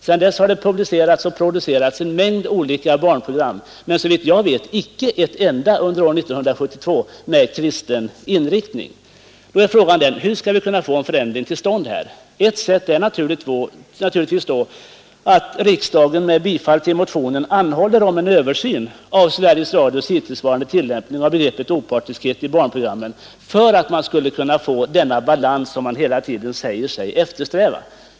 Sedan dess har det producerats en mängd olika barnprogram, men såvitt jag vet inte ett enda under 1972 med kristen inriktning. Hur skall vi kunna få en förändring till stånd? Ett sätt är naturligtvis att riksdagen med bifall till motionen anhåller om en översyn av Sveriges Radios hittillsvarande tillämpning av begreppet opartiskhet i barnprogrammen, så att vi därmed kan få den balans man i radiochefens PM säger sig eftersträva.